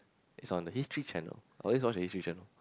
is on the history channel oh let's watch the history channel